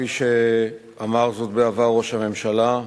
כפי שאמר זאת בעבר ראש הממשלה,